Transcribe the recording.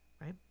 right